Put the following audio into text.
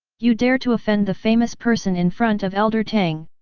you dare to offend the famous person in front of elder tang,